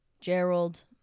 Gerald